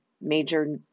major